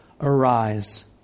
arise